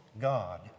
God